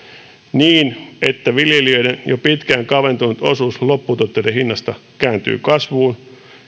niin että viljelijöiden jo pitkään kaventunut osuus lopputuotteiden hinnasta kääntyy kasvuun